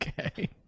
Okay